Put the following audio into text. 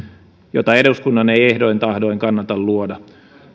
jota eduskunnan ei ehdoin tahdoin kannata luoda